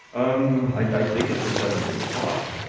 um i think it just hasn't been taught.